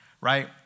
right